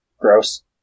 gross